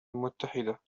المتحدة